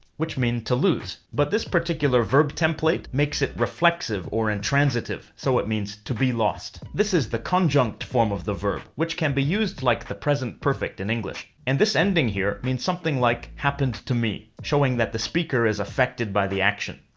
which mean to lose. but this particular verb template makes it reflexive, or intransitive, so it means to be lost. this is the conjunct form of the verb, which can be used like the present perfect in english, and this ending here means something like happened to me, showing that the speaker is affected by the action.